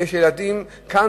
ויש ילדים כאן,